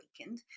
awakened